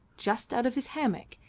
just out of his hammock,